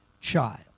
child